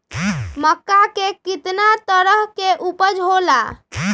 मक्का के कितना तरह के उपज हो ला?